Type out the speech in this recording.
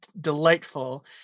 delightful